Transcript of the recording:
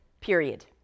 period